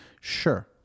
Sure